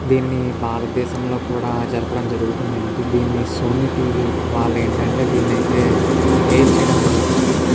దీన్ని భారత దేశంలో కూడా జరపడం జరుగుతుంది అంటే దీన్ని సోనీ టీవీ వాళ్ళు ఏంటి అంటే దీన్ని అయితే ఎయిర్ చేయడం జరుగుతుంది